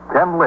Ken